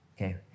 Okay